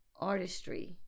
artistry